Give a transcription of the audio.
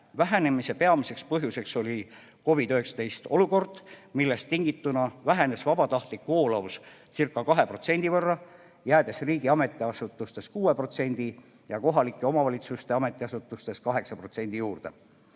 Vähenemise peamiseks põhjuseks oli COVID-ist tulenev olukord, millest tingituna vähenes vabatahtlik voolavusca2%võrra, jäädes riigi ametiasutustes 6% ja kohalike omavalitsuste ametiasutustes 8% juurde.